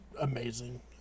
amazing